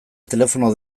telefono